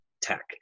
tech